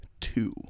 Two